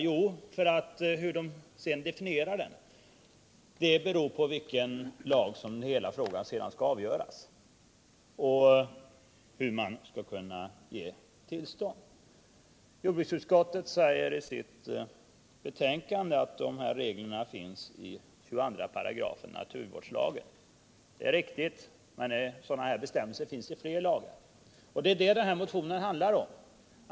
Jo, därför att hur de skall definiera den är avgörande för enligt vilken lag hela frågan skall avgöras och hur tillstånd skall ges. Jordbruksutskottet säger i sitt betänkande att dessa regler finns i 22 § i naturvårdslagen. Det är riktigt, men sådana bestämmelser finns också i flera andra lagar, och det är detta den här motionen handlar om.